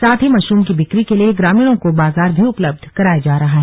साथ ही मशरूम की बिक्री के लिए ग्रामीणों को बाजार भी उपलब्ध कराया जा रहा है